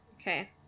Okay